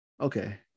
okay